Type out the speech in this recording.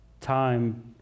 time